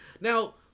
Now